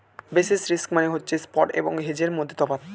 basis risk মানে হচ্ছে spot এবং হেজের মধ্যে তফাৎ